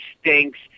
stinks